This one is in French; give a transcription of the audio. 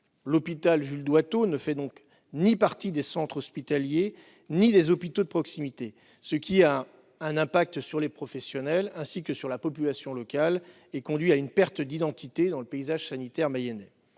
L'hôpital Jules-Doitteau ne fait donc partie ni des centres hospitaliers ni des hôpitaux de proximité, ce qui nuit aux professionnels, ainsi qu'à la population locale, et conduit à une perte d'identité dans le paysage sanitaire mayennais.